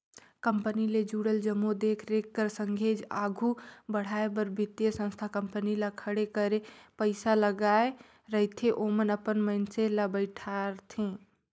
company ले जुड़ल जम्मो देख रेख कर संघे आघु बढ़ाए बर बित्तीय संस्था कंपनी ल खड़े करे पइसा लगाए रहिथे ओमन अपन मइनसे ल बइठारथे